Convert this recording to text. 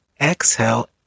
exhale